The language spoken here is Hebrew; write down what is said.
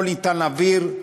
מה אי-אפשר להעביר.